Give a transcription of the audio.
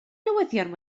newyddion